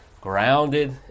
grounded